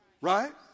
Right